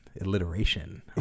alliteration